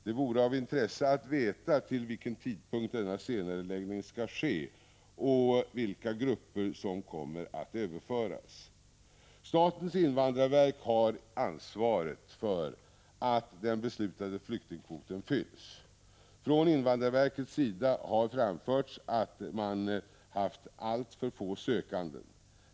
Det vore av intresse att veta till vilken tidpunkt denna senareläggning skall ske och vilka grupper som kommer att överföras. Statens invandrarverk har ansvaret för att den beslutade flyktingkvoten fylls. Från invandrarverkets sida har framförts att man haft alltför få sökande.